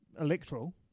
Electoral